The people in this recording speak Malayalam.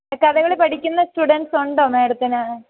കഥകളി പഠിക്കുന്ന സ്റ്റുഡൻസ് ഉണ്ടോ മേഡത്തിന്